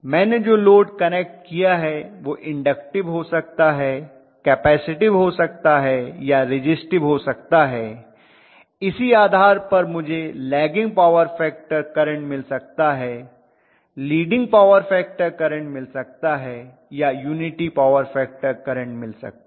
मैंने जो load connect किया है वह इंडक्टिव हो सकता है कैपेसिटिव हो सकता है या रेजिस्टिव हो सकता है इसी आधार पर मुझे लैगिंग पॉवर फैक्टर करंट मिल सकता है लीडिंग पॉवर फैक्टर करंट मिल सकता है या यूनिटी पॉवर फैक्टर करंट मिल सकता है